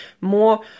more